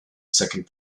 second